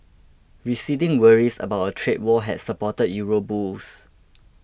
receding worries about a trade war had supported euro bulls